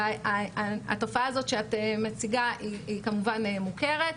התופעה הזו שאת מציגה היא כמובן מוכרת.